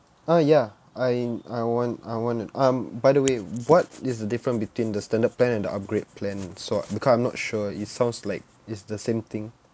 uh ya I I want I want it um by the way what is the different between the standard plan and the upgrade plan so because I'm not sure it sounds like it's the same thing